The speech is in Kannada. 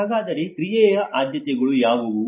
ಹಾಗಾದರೆ ಕ್ರಿಯೆಯ ಆದ್ಯತೆಗಳು ಯಾವುವು